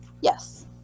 Yes